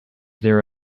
there